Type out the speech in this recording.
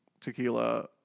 tequila